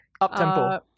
Up-tempo